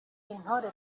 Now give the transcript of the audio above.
intore